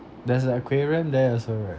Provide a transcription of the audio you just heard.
there's a aquarium there also right